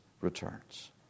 returns